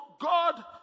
God